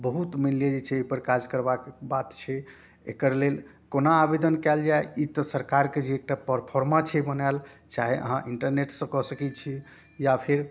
बहुत मानि लिअ जे छै ओइपर काज करबाके बात छै एकर लेल कोना आवेदन कयल जाइ ई तऽ सरकारके जे एकटा प्रोफॉर्मा छै बनायल चाहे अहाँ इंटरनेटसँ कऽ सकै छियै या फेर